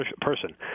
person